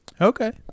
Okay